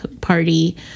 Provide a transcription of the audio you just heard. party